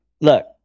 look